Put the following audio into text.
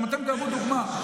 גם אתם תהוו דוגמה.